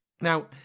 Now